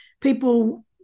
people